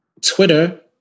Twitter